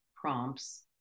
prompts